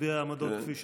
מביע עמדות כפי שמביע?